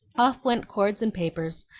off went cords and papers,